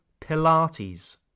pilates